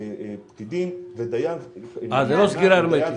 פקידים --- זה לא סגירה הרמטית.